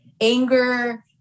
anger